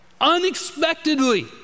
Unexpectedly